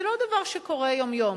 זה לא דבר שקורה יום-יום.